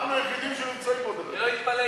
אנחנו היחידים שנמצאים פה, דרך אגב.